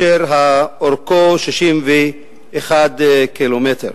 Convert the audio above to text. שאורכו 61 קילומטר.